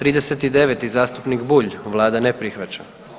39. zastupnik Bulj, vlada ne prihvaća.